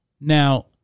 Now